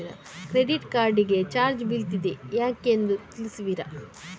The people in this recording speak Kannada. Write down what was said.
ಕ್ರೆಡಿಟ್ ಕಾರ್ಡ್ ಗೆ ಚಾರ್ಜ್ ಬೀಳ್ತಿದೆ ಯಾಕೆಂದು ತಿಳಿಸುತ್ತೀರಾ?